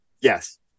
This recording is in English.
Yes